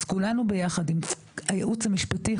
אז כולנו ביחד עם הייעוץ המשפטי,